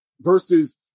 versus